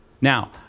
Now